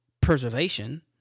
preservation